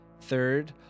third